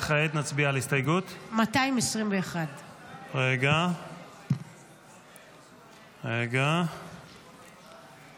נצביע על הסתייגות 221. אם כן,